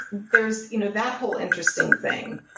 there's you know that whole interesting thing.